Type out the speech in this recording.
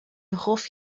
hoff